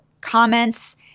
comments